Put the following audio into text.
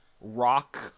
rock